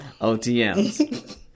OTMs